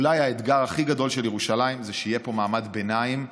אולי האתגר הכי גדול של ירושלים זה שיהיה פה מעמד ביניים חזק.